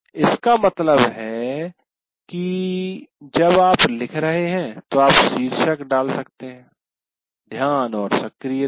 इसका मतलब है कि जब आप लिख रहे हैं तो आप शीर्षक डाल सकते हैं "ध्यान और सक्रियता"